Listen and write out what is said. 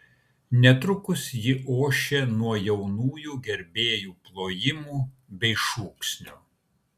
netrukus ji ošė nuo jaunųjų gerbėjų plojimų bei šūksnių